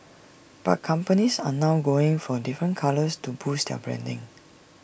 but companies are now going for different colours to boost their branding